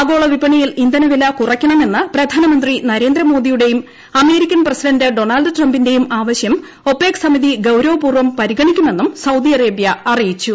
ആഗോള വിപണിയിൽ ഇന്ധന വില കുറയ്ക്കണമെന്ന് പ്രധാനമന്ത്രി നരേന്ദ്രമോദിയുടേയും അമേരിക്കൻ പ്രസിഡന്റ് ഡൊണാൾഡ് ട്രംപിന്റേയും ആവശ്യം ഒപ്പെക് സമിതി ഗൌരവപൂർവ്വം പരിഗണിക്കുമെന്നും സൌദി അറേബൃ അറിയിച്ചു